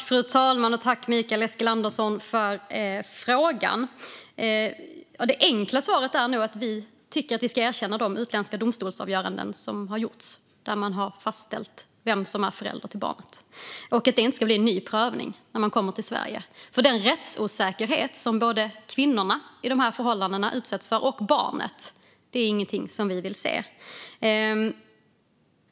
Fru talman! Tack, Mikael Eskilandersson, för frågan! Det enkla svaret är att vi tycker att vi ska erkänna de utländska domstolsavgöranden som gjorts, där man har fastställt vem som är förälder till barnet, och att det inte ska bli en ny prövning när man kommer till Sverige. Den rättsosäkerhet som både kvinnorna i de här förhållandena och barnet utsätts för är inget som vi vill se.